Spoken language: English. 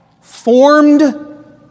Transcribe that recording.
formed